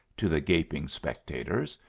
to the gaping spectators.